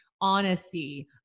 honesty